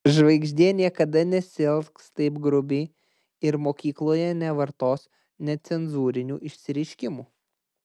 žvaigždė niekada nesielgs taip grubiai ir mokykloje nevartos necenzūrinių išsireiškimų